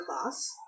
class